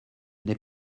n’est